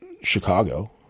Chicago